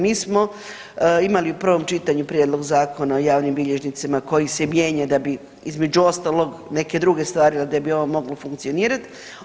Mi smo imali u prvom čitanju Prijedlog Zakona o javnim bilježnicima koji se mijenja da bi između ostalog neke druge stvari, da bi ovo moglo funkcionirat.